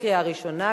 לקריאה ראשונה.